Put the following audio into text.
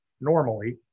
normally